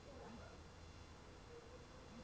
আঠার শ সাল লাগাদ বিরটিশরা ভারতেল্লে চাঁট লিয়ে আসে